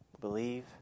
believe